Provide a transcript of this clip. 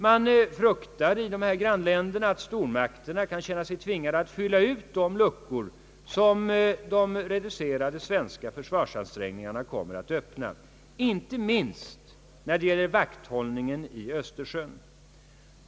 Man fruktar i dessa grannländer att stormakterna skall känna sig tvingade att fylla ut de luckor som de reducerade svenska försvarsansträngningarna kommer att öppna, inte minst när det gäller vakthållningen i Östersjön.